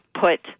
put